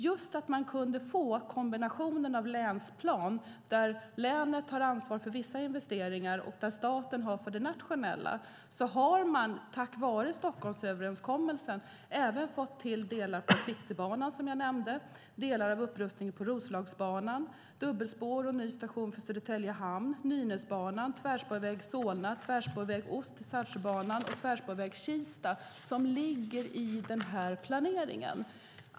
Länsplanen är en del av en kombination, där länet tar ansvar för vissa investeringar och staten har ansvar för det nationella, och tack vare Stockholmsöverenskommelsen har man fått till också delar av Citybanan, delar av upprustningen av Roslagsbanan, dubbelspår och ny station för Södertälje hamn, Nynäsbanan, Tvärspårväg Solna, Tvärspårväg Ost till Saltsjöbanan och Tvärspårväg Kista. De ligger också i den här planeringen.